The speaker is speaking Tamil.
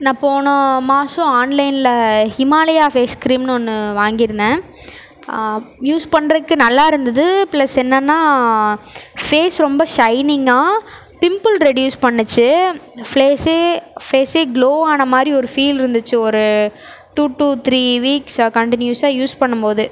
நான் போன மாதம் ஆன்லைனில் ஹிமாலயா ஃபேஸ் க்ரீம்னு ஒன்று வாங்கியிருந்தேன் யூஸ் பண்ணுறதுக்கு நல்லா இருந்தது ப்ளஸ் என்னென்னா ஃபேஸ் ரொம்ப ஷைனிங்காக பிம்ப்பிள் ரெட்யூஸ் பண்ணுச்சு ஃப்லேஸ்ஸே ஃபேஸே க்ளோவ் ஆனது மாதிரி ஒரு ஃபீல் இருந்துச்சு ஒரு டூ டூ த்ரீ வீக்ஸு கன்டினியூஸாக யூஸ் பண்ணும்போது